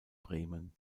bremen